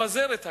לפזר את הכסף,